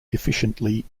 efficiently